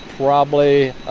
probably